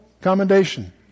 commendation